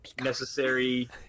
necessary